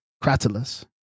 Cratylus